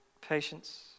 patience